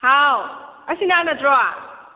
ꯍꯥꯎ ꯑꯁꯤꯅ ꯅꯠꯇ꯭ꯔꯣ